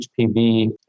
HPV